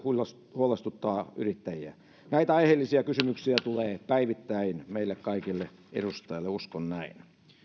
huolestuttaa yrittäjiä näitä aiheellisia kysymyksiä tulee päivittäin meille kaikille edustajille uskon näin